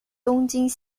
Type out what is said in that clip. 东京